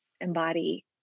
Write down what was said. embody